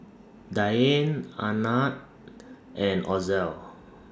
Dianne Arnett and Ozell